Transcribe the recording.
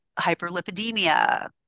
hyperlipidemia